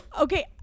Okay